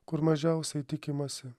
kur mažiausiai tikimasi